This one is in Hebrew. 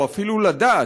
או אפילו לדעת,